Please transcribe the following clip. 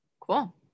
Cool